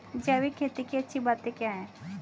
जैविक खेती की अच्छी बातें क्या हैं?